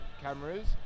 cameras